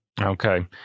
okay